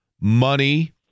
money